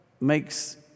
makes